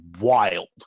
wild